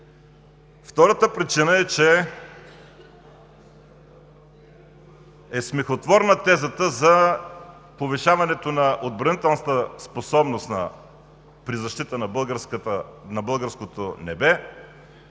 Втората причина е, че тезата за повишаването на отбранителната способност при защита на българското небе